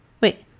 wait